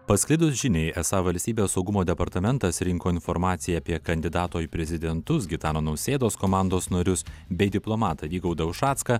pasklidus žiniai esą valstybės saugumo departamentas rinko informaciją apie kandidato į prezidentus gitano nausėdos komandos narius bei diplomatą vygaudą ušacką